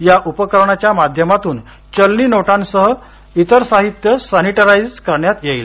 या उपकरणाच्या माध्यमातून चलनी नोटांसह इतर साहित्य सॅनिटायझर करण्यात येईल